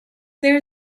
there